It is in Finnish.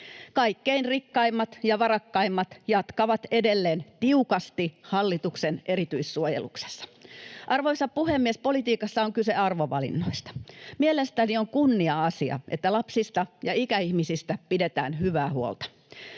Kaikkein rikkaimmat ja varakkaimmat jatkavat edelleen tiukasti hallituksen erityissuojeluksessa. Arvoisa puhemies! Politiikassa on kyse arvovalinnoista. Mielestäni on kunnia-asia, että lapsista ja ikäihmisistä pidetään hyvää huolta.